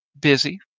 busy